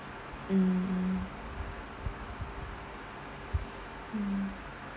mm mm mm